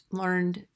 learned